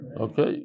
Okay